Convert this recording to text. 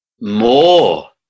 more